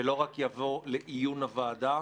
ולא רק "יבוא לעיון הוועדה,